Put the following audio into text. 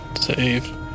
Save